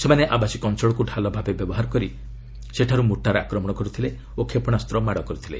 ସେମାନେ ଆବାସିକ ଅଞ୍ଚଳକୁ ତାଲ ଭାବେ ବ୍ୟବାର କରି ସେଠାରୁ ମୋର୍ଟାର ଆକ୍ରମଣ କରିଥିଲେ ଓ କ୍ଷେପଣାସ୍ତ ମାଡ଼ କରିଥିଲେ